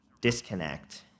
disconnect